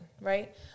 right